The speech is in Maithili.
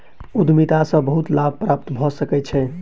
उद्यमिता सॅ बहुत लाभ प्राप्त भ सकै छै